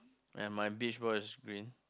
and my beach ball is green